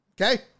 okay